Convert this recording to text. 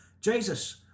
Jesus